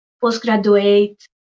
postgraduate